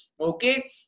Okay